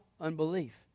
Unbelief